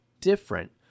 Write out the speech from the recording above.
different